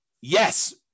Yes